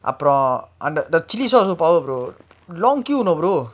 அப்புறம் அந்த:appram antha the chili sauce also power brother long queue you know brother